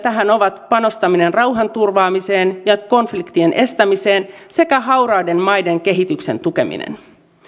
tähän ovat panostaminen rauhanturvaamiseen ja konfliktien estämiseen sekä hauraiden maiden kehityksen tukeminen